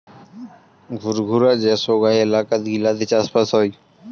ঘুরঘুরা যে সোগায় এলাকাত গিলাতে চাষবাস হই